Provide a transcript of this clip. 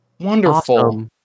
Wonderful